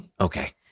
Okay